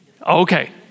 Okay